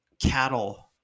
cattle